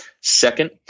Second